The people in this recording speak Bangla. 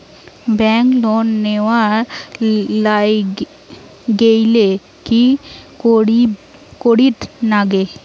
ব্যাংক লোন নেওয়ার গেইলে কি করীর নাগে?